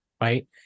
right